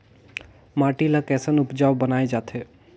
माटी ला कैसन उपजाऊ बनाय जाथे?